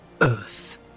earth